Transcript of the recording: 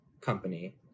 company